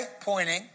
pointing